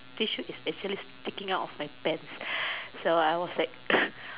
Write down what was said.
tissue is actually sticking out of my pants